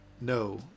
no